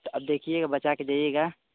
तो अब देखिए बचा कर जाइएगा